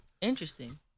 Interesting